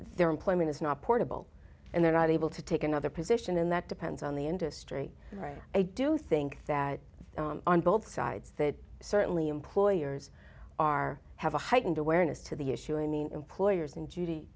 their employment is not portable and they're not able to take another position in that depends on the industry right i do think that on both sides that certainly employers are have a heightened awareness to the issue i mean employers in judy